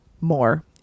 more